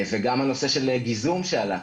וגם הנושא של גיזום שעלה כאן.